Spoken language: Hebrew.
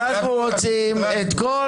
אנחנו צריכים את כל